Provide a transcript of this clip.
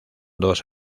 dos